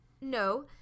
No